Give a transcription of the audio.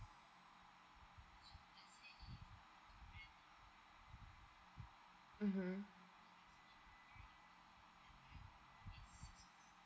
mmhmm